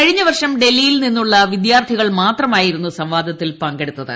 കഴിഞ്ഞ കർഷം ഡൽഹിയിൽ നിന്നുള്ള വിദ്യാർത്ഥികൾ മാത്രമായിരുന്നു സംവാദത്തിൽ പങ്കെടുത്തത്